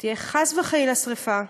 שתהיה חס וחלילה שרפה,